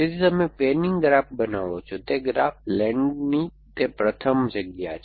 તેથી તમે પેનિંગ ગ્રાફ બનાવો છો તે ગ્રાફ લેન્ડની તે પ્રથમ જગ્યા છે